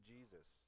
Jesus